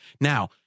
Now